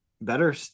better